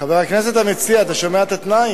חבר הכנסת המציע, אתה שומע את התנאי?